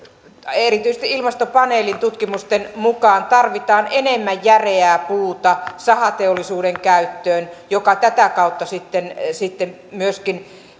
erityisesti ilmastopaneelitutkimusten mukaan tarvitaan enemmän järeää puuta sahateollisuuden käyttöön joka tätä kautta sitten sitten myöskin